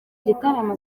gitaramo